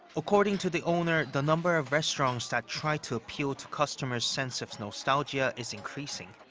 according to the owner, the number of restaurants that try to appeal to customers' sense of nostalgia is increasing,